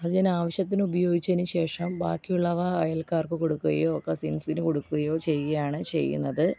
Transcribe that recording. അത് ഞാൻ ആവശ്യത്തിന് ഉപയോഗിച്ചതിന് ശേഷം ബാക്കിയുള്ളവ അയൽക്കാർക്ക് കൊടുക്കുകയോ കസിൻസിന് കൊടുക്കുകയോ ചെയ്യാണ് ചെയ്യുന്നത്